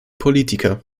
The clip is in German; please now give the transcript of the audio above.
politiker